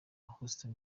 houston